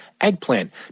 eggplant